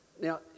Now